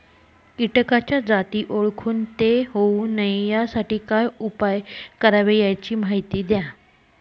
किटकाच्या जाती ओळखून ते होऊ नये यासाठी काय उपाय करावे याची माहिती द्या